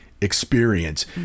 experience